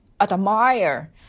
admire